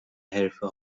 حرفه